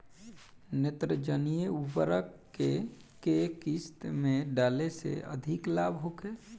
नेत्रजनीय उर्वरक के केय किस्त में डाले से अधिक लाभ होखे?